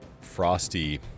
Frosty